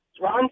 Ron